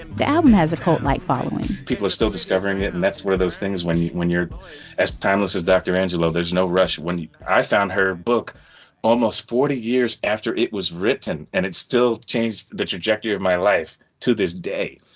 and the album has a cult like violence people are still discovering it and that's one of those things when you when you're as timeless as dr. angelo. there's no rush. when i found her book almost forty years after it was written and it still changed the trajectory of my life to this day.